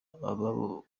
ababo